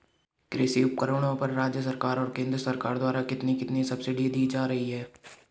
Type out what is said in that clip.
कृषि उपकरणों पर राज्य सरकार और केंद्र सरकार द्वारा कितनी कितनी सब्सिडी दी जा रही है?